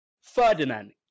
Ferdinand